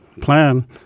plan